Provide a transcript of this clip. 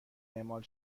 اعمال